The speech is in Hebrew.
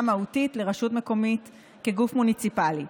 מהותית לרשות מקומית כגוף מוניציפלי,